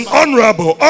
honorable